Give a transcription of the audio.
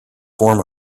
form